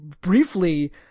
briefly